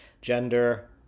gender